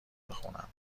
بخونم